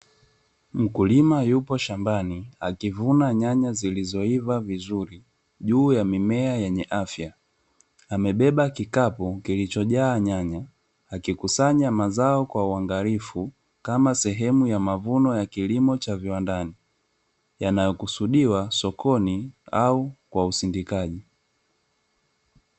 Mkulima yupo shambani akivuna nyanya zilizoivaa vizuri juu ya mimea yenye afya, amebeba kikapu kilichojaa nyanya akikusanya mazao kwa uangalifu kama sehemu ya mavuno ya kilimo cha viwandani, yanayokusudiwa sokoni au kwa usindikaji.